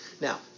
Now